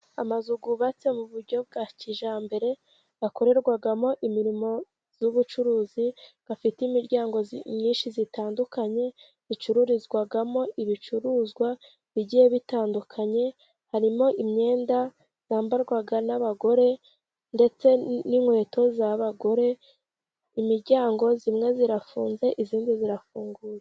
Amazu yubatse mu buryo bwa kijyambere, akorerwamo imirimo y'ubucuruzi, afite imiryango myinshi itandukanye, icururizwamo ibicuruzwa bigiye bitandukanye, harimo imyenda yambarwa n'abagore, ndetse n'inkweto z'abagore, imiryango imwe irafunze, indi irafunguye.